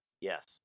Yes